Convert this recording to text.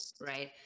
Right